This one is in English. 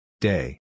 Day